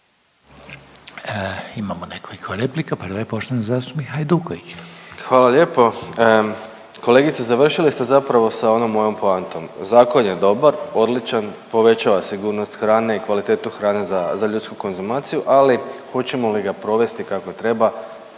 Domagoj (Socijaldemokrati)** Hvala lijepo. Kolegice završili ste zapravo sa onom mojom poantom. Zakon je dobar, odličan, povećava sigurnost hrane i kvalitetu hrane za ljudsku konzumaciju, ali hoćemo li ga provesti kako treba